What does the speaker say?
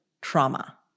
trauma